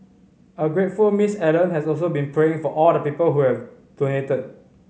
a grateful Miss Allen has also been praying for all the people who have donated